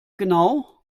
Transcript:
genau